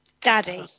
Daddy